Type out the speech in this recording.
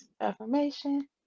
affirmation